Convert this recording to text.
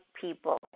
people